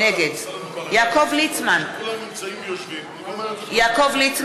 נגד כולם נמצאים ויושבים הולכים,